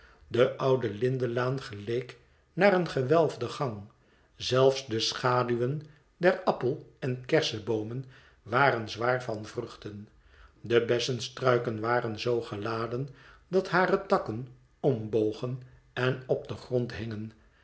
de oude lindenlaan geleek naar een gewelfden gang zelfs de schaduwen der appel en kerseboomen waren zwaar van vruchten de bessenstruiken waren zoo geladen dat hare takken ombogen en op den grond